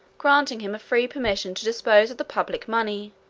granting him a free permission to dispose of the public money,